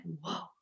Whoa